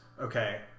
Okay